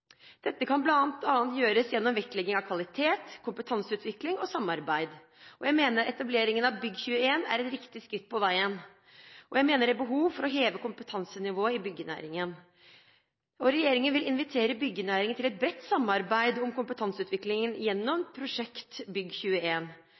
Dette kan bl.a. gjøres gjennom vektlegging av kvalitet, kompetanseutvikling og samarbeid. Jeg mener etableringen av Bygg21 er et riktig skritt på veien, og jeg mener det er behov for å heve kompetansenivået i byggenæringen. Regjeringen vil invitere byggenæringen til et bredt samarbeid om kompetanseutvikling gjennom